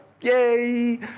yay